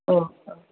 अ अ